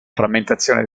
frammentazione